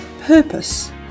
purpose